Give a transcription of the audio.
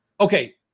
okay